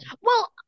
well-